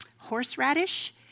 horseradish